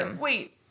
Wait